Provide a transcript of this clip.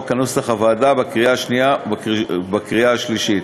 כנוסח הוועדה בקריאה שנייה ובקריאה שלישית.